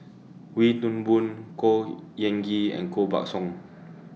Wee Toon Boon Khor Ean Ghee and Koh Buck Song